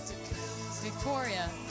Victoria